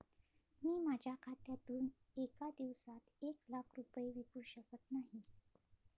मी माझ्या खात्यातून एका दिवसात एक लाख रुपये विकू शकत नाही